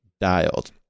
dialed